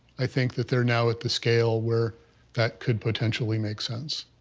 i think that they're now at the scale where that could potentially make sense.